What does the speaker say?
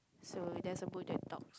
so there's a bull that talks